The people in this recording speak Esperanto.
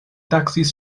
taksis